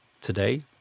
today